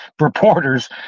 reporters